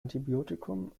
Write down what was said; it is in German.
antibiotikum